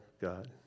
God